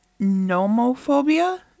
nomophobia